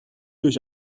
durch